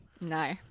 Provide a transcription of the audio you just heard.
No